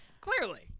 clearly